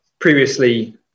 Previously